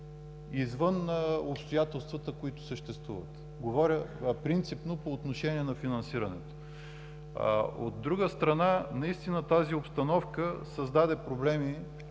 извън обстоятелствата, които съществуват – говоря принципно по отношение на финансирането. От друга страна, наистина тази обстановка създаде проблеми